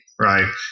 right